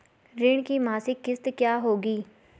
ऋण की मासिक किश्त क्या होगी?